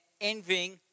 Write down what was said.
envying